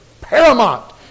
paramount